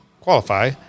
qualify